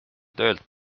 töölt